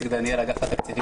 איציק דניאל אגף התקציבים,